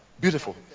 Beautiful